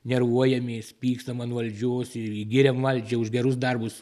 nervuojamės pykstam an valdžios ir giriam valdžią už gerus darbus